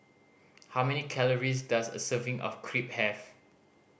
how many calories does a serving of Crepe have